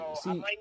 see